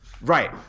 Right